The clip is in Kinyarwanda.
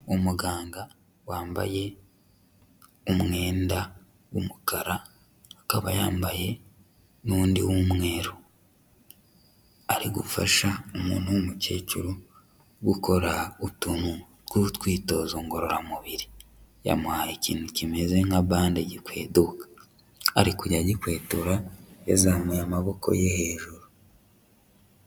Umuganga wambaye umwenda w'umukara akaba yambaye n'undi w'umweru, ari gufasha umuntu w'umukecuru gukora utuntu tw'utwitozo ngororamubiri, yamuhaye ikintu kimeze nka bande gikweduka, ari kujya agikwedura yazamuye amaboko ye hejuru.